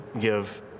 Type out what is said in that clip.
give